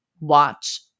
watch